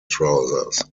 trousers